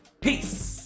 Peace